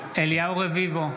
רביבו,